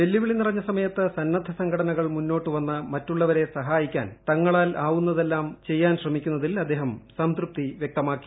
വെല്ലുവിളി നിറഞ്ഞ സമയത്ത് സന്നദ്ധസംഘടനകൾ മുന്നോട്ടുവന്നു മറ്റുള്ളവരെ സഹായിക്കാൻ തങ്ങളാൽ ആവുന്നതെല്ലാം ചെയ്യാൻ ശ്രമിക്കുന്നതിൽ അദ്ദേഹം സംതൃപ്തി വ്യക്തമാക്കി